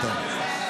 ביטון.